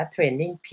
Training